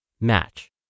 match